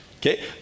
okay